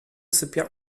sypia